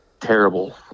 terrible